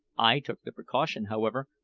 i took the precaution, however,